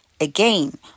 Again